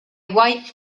wife